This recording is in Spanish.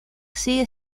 sigue